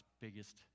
biggest